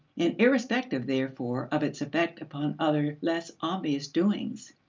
and irrespective therefore of its effect upon other less obvious doings.